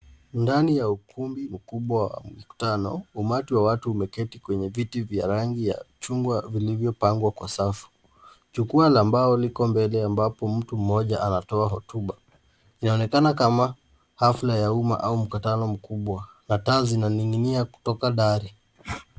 Ndani ya ukumbi mkubwa wa mkutano umati wa watu umeketi kwenye viti vya rangi ya chungwa vilivyopangwa kwa safu. Jukwaa la mbao liko mbele ambapo mtu mmoja anatoa hotuba, inaonekana kama hafla ya umma au mkutano mkubwa na taa zinaning'inia kutoka dari.